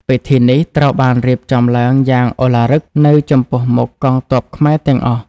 ពិធីនេះត្រូវបានរៀបចំឡើងយ៉ាងឧឡារិកនៅចំពោះមុខកងទ័ពខ្មែរទាំងអស់។